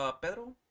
Pedro